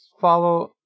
follow